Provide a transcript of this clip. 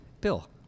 Bill